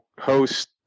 host